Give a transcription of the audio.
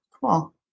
cool